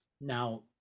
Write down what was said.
Now